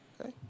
Okay